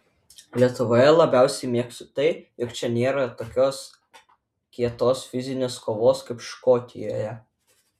lietuvoje labiausiai mėgstu tai jog čia nėra tokios kietos fizinės kovos kaip škotijoje